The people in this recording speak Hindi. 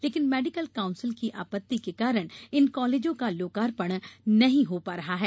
लेकिन मेडिकल काउंसिल की आपत्ति के कारण इन कॉलेजों का लोकार्पण नहीं हो पा रहा है